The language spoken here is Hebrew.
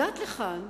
הגעת לכאן,